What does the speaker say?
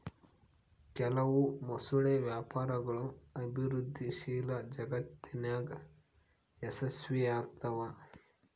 ಕೆಲವು ಮೊಸಳೆ ವ್ಯಾಪಾರಗಳು ಅಭಿವೃದ್ಧಿಶೀಲ ಜಗತ್ತಿನಾಗ ಯಶಸ್ವಿಯಾಗ್ತವ